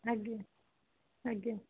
ଆଜ୍ଞା ଆଜ୍ଞା